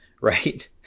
right